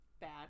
bad